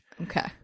Okay